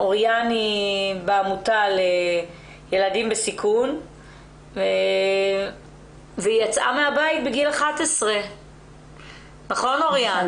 אוריאן היא בעמותה לילדים בסיכון והיא יצאה מהבית בגיל 11. נכון אוריאן?